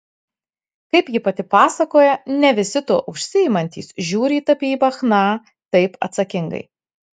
kaip ji pati pasakoja ne visi tuo užsiimantys žiūri į tapybą chna taip atsakingai